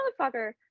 motherfucker